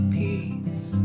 peace